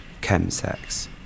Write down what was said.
chemsex